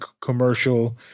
commercial